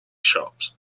shops